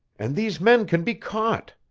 and these men can be caught.